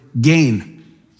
gain